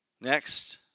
Next